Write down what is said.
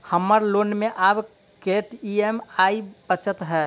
हम्मर लोन मे आब कैत ई.एम.आई बचल ह?